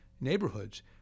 neighborhoods